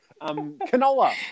Canola